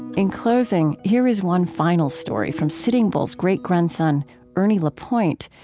in closing, here is one final story from sitting bull's great-grandson, ernie lapointe,